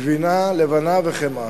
גבינה לבנה וחמאה.